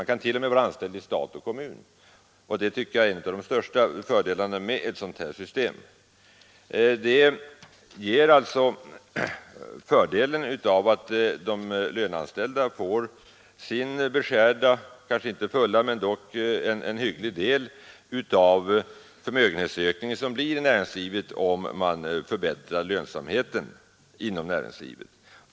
Man kan till och med vara anställd i stat och kommun, och det tycker jag är en av de största fördelarna med just detta system. Det ger den fördelen att de löneanställda får en hygglig del av den förmögenhetsökning som uppstår i Nr 99 näringslivet, om man förbättrar lönsamheten.